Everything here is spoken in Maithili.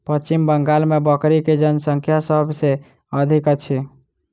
पश्चिम बंगाल मे बकरी के जनसँख्या सभ से अधिक अछि